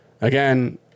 again